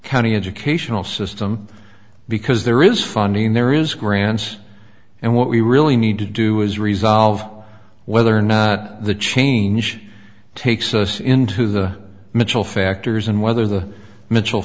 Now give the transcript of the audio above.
county educational system because there is funding there is grants and what we really need to do is resolve whether or not the change takes us into the mitchell factors and whether the m